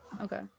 Okay